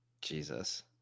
Jesus